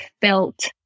felt